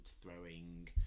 throwing